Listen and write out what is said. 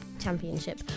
Championship